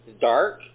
dark